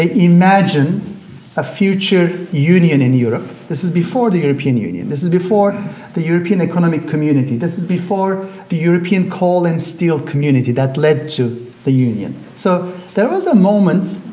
ah imagined a future union in europe. this is before the european union. this is before the european economic community. this is before the european coal and steel community that led to the union, so there was a moment,